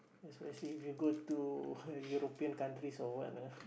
especially if you go to European counties or what ah